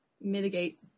mitigate